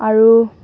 আৰু